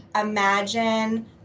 imagine